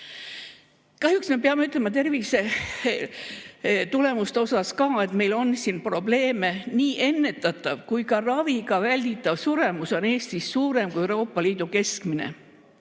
Kahjuks me peame ütlema tervisetulemuste kohta ka, et meil on siin probleeme. Nii ennetatav kui ka raviga välditav suremus on Eestis suurem kui Euroopa Liidu keskmine.